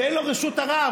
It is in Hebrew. ואין לו רשות ערר.